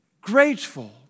grateful